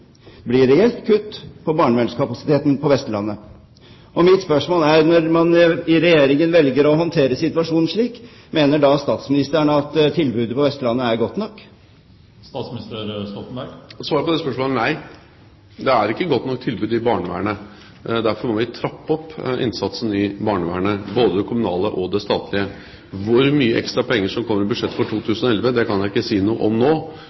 Mitt spørsmål er: Når man i Regjeringen velger å håndtere situasjonen slik, mener da statsministeren at tilbudet på Vestlandet er godt nok? Svaret på det spørsmålet er nei. Det er ikke et godt nok tilbud i barnevernet. Derfor må vi trappe opp innsatsen i barnevernet, både det kommunale og det statlige. Hvor mye ekstra penger som kommer i budsjettet for 2011, kan jeg ikke si noe om nå.